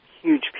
huge